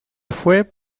fue